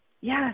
yes